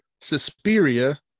Suspiria